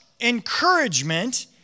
encouragement